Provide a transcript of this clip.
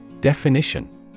Definition